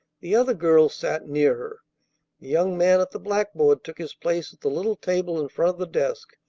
the other girl sat near young man at the blackboard took his place at the little table in front of the desk,